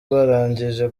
barangije